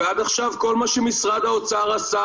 ועד עכשיו כל מה שמשרד האוצר עשה